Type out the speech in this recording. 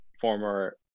former